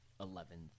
eleventh